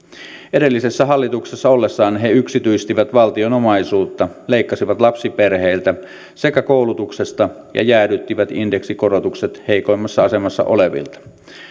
edellisessä hallituksessa ollessaan he yksityistivät valtion omaisuutta leikkasivat lapsiperheiltä sekä koulutuksesta ja jäädyttivät indeksikorotukset heikoimmassa asemassa olevilta